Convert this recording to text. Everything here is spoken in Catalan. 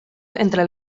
entre